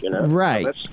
Right